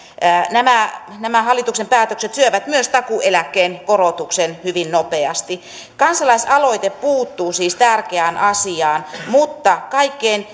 nämä nämä hallituksen päätökset syövät myös takuueläkkeen korotuksen hyvin nopeasti kansalaisaloite puuttuu siis tärkeään asiaan mutta kaikkein